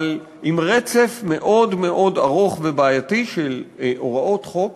אבל עם רצף מאוד מאוד ארוך ובעייתי של הוראות חוק,